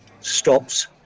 stops